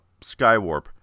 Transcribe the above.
Skywarp